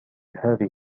هذه